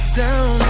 down